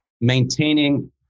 maintaining